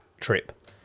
trip